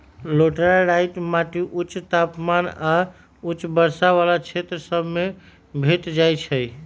laterite माटि उच्च तापमान आऽ उच्च वर्षा वला क्षेत्र सभ में भेंट जाइ छै